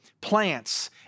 plants